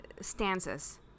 stanzas